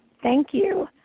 thank you.